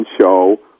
show